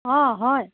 অঁ হয়